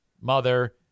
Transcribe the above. mother